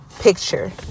picture